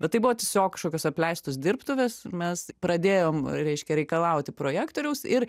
bet tai buvo tiesiog kažkokios apleistos dirbtuvės mes pradėjom reiškia reikalauti projektoriaus ir